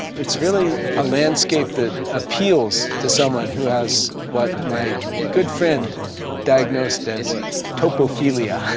it's really ah landscape that appeals to someone who has what my good friend diagnosed as topophilia.